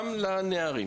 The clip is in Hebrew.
גם לנערים.